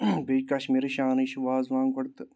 بیٚیہِ کشمیٖرٕچ شانٕے چھِ وازوان گۄڈٕ تہٕ